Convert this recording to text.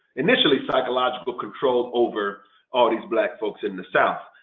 initially, psychological control over all these black folks in the south.